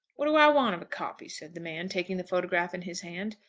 what do i want of a copy, said the man, taking the photograph in his hand.